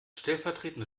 stellvertretende